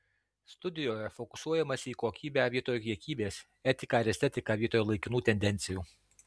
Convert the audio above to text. studijoje fokusuojamasi į kokybę vietoj kiekybės etiką ir estetiką vietoj laikinų tendencijų